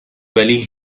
ولی